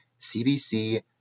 CBC